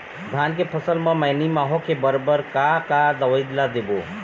धान के फसल म मैनी माहो के बर बर का का दवई ला देबो?